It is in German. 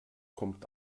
kommt